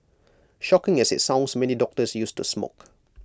shocking as IT sounds many doctors used to smoke